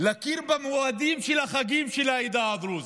להכיר במועדים של החגים של העדה הדרוזית,